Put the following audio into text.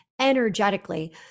energetically